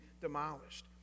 demolished